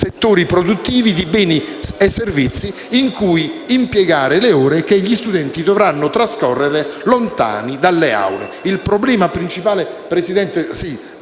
settori produttivi di beni o servizi in cui impiegare le ore che gli studenti dovranno trascorrere lontani dalle aule.